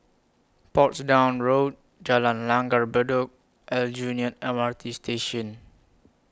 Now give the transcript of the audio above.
Portsdown Road Jalan Langgar Bedok Aljunied M R T Station